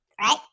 right